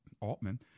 Altman